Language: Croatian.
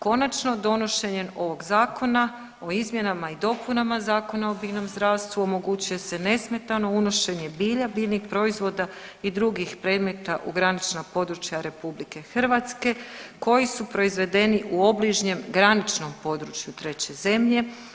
Konačno donošenje ovog Zakona o izmjenama i dopunama Zakona o biljnom zdravstvu omogućuje se nesmetano unošenje bilja, biljnih proizvoda i drugih predmeta u granična područja Republike Hrvatske koji su proizvedeni u obližnjem graničnom području treće zemlje.